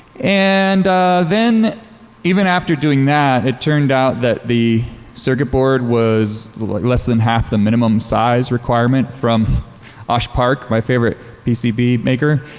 and then even after doing that, it turned out that the circuit board was like less than half the minimum size requirement from osh park, my favorite pcb maker,